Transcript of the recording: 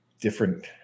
different